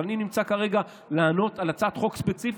אבל אני נמצא כרגע כדי לענות על הצעת חוק ספציפית,